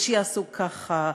ויעשו ככה,